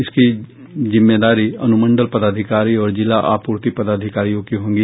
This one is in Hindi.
इसकी जिम्मदारी अनुमंडल पदाधिकारी और जिला आप्रर्ति पदाधिकारियों की होगी